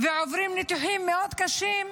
ועוברים ניתוחים מאוד קשים,